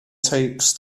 takes